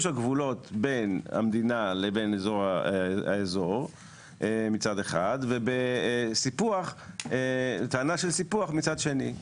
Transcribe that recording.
הגבולות בין המדינה לבין האזור מצד אחד וטענה של סיפוח מצד שני.